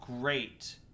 great